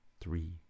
three